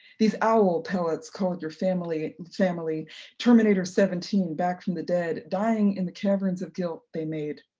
these owl pellets called your family family terminator seventeen back from the dead dying in the caverns of guilt they made.